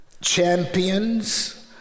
champions